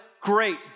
great